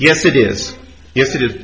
yes it is yes it is